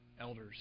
elders